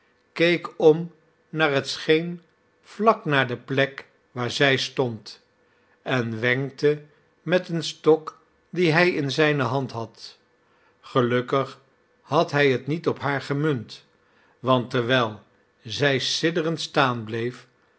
keek om naar het scheen vlak naar de plek waar zij stond en wenkte met een stok dien hij in zijne hand had gelukkig had hij het niet op haar gemunt want terwijl zij sidderend staan bleef